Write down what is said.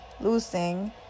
Losing